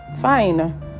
fine